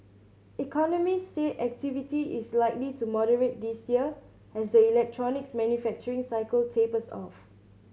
economists say activity is likely to moderate this year as the electronics manufacturing cycle tapers off